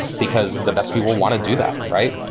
because the best people want to do that, right?